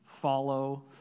follow